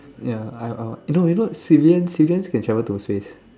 ya I I no no you know civilians civilians can travel to space